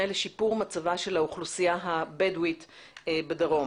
לשיפור מצבה של האוכלוסייה הבדואית בדרום.